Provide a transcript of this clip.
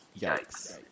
yikes